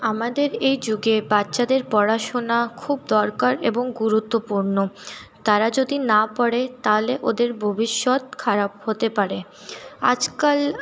আমাদের এই যুগে বাচ্ছাদের পড়াশোনা খুব দরকার এবং গুরুত্বপূর্ণ তারা যদি না পড়ে তাহলে ওদের ভবিষ্যত খারাপ হতে পারে আজকাল